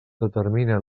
determina